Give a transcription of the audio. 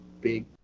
big